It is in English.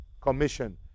Commission